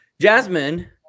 Jasmine